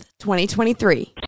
2023